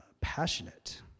passionate